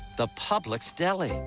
the publix deli.